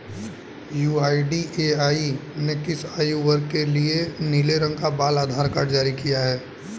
UIDAI ने किस आयु वर्ग के लिए नीले रंग का बाल आधार कार्ड जारी किया है?